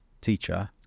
teacher